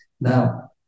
Now